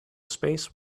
space